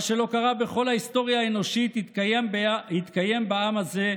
מה שלא קרה בכל ההיסטוריה האנושית התקיים בעם הזה,